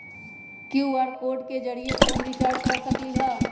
QR code के जरिय phone recharge कर सकली ह?